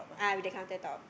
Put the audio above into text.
ah with the counter top